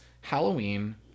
Halloween